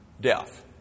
death